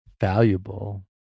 valuable